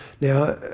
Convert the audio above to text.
Now